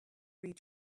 read